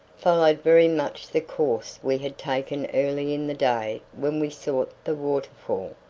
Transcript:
followed very much the course we had taken early in the day when we sought the waterfall,